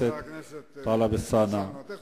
דווקא הצאצאים של הנבטים הורסים את המורשת הנבטית.